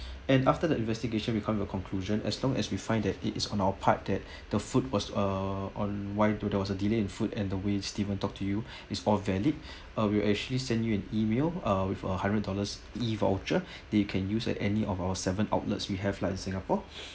and after the investigation we will come to a conclusion as long as we find that it is on our part that the food was uh on why ther~ there was a delay in food and the way steven's talk to you is all valid uh we'll actually send you an email uh with a hundred dollars E_voucher that you can use at any of our seven outlets we have like in singapore